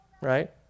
Right